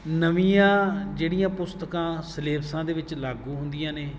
ਨਵੀਆਂ ਜਿਹੜੀਆਂ ਪੁਸਤਕਾਂ ਸਿਲੇਬਸਾਂ ਦੇ ਵਿੱਚ ਲਾਗੂ ਹੁੰਦੀਆਂ ਨੇ